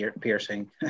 piercing